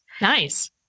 Nice